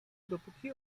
dopóki